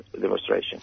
demonstration